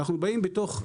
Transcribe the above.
ואנחנו באים בתוך,